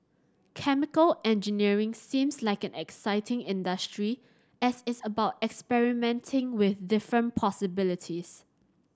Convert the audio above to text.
chemical engineering seems like an exciting industry as it's about experimenting with different possibilities